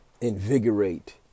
invigorate